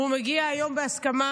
והוא מגיע היום בהסכמה